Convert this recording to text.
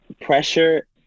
pressure